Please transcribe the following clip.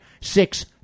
six